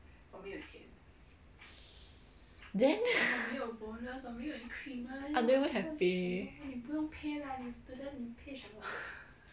then I never have pay